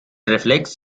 reflex